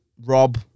Rob